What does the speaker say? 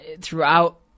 throughout